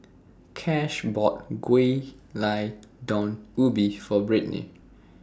Cash bought Gulai Daun Ubi For Britni